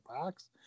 box